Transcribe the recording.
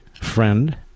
friend